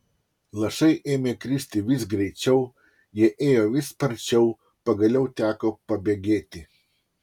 lašai ėmė kristi vis greičiau jie ėjo vis sparčiau pagaliau teko pabėgėti